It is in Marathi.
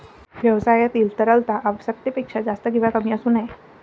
व्यवसायातील तरलता आवश्यकतेपेक्षा जास्त किंवा कमी असू नये